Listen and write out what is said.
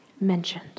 mentioned